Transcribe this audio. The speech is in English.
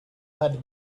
had